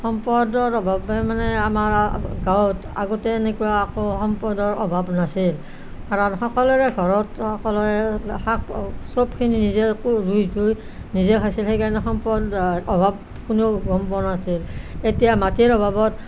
সম্পদৰ অভাৱে মানে আমাৰ গাঁৱত আগতে আকো এনেকুৱা সম্পদৰ অভাৱ নাছিল কাৰণ সকলোৰে ঘৰত সকলোৰে শাক চবখিনি নিজে ৰুই থৈ নিজে খাইছিল সেইকাৰণে সম্পদৰ অভাৱ কোনেও গম পোৱা নাছিল এতিয়া মাটিৰ অভাৱত